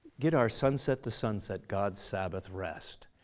get our sunset to sunset god's sabbath rest.